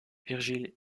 virgile